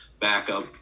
backup